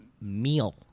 meal